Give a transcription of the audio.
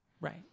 Right